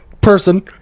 person